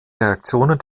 reaktionen